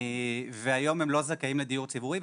והיום הם לא זכאים לדיור ציבורי,